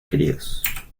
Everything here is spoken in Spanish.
queridos